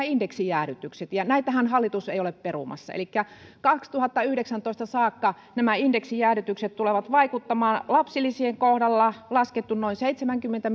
indeksijäädytykset ja näitähän hallitus ei ole perumassa elikkä vuoteen kaksituhattayhdeksäntoista saakka indeksijäädytykset tulevat vaikuttamaan lapsilisien kohdalla on laskettu noin seitsemänkymmentä